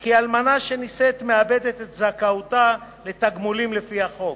כי אלמנה שנישאת מאבדת את זכאותה לתגמולים לפי החוק.